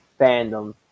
fandom